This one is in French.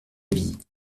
vie